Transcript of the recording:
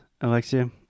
Alexia